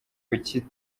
kuki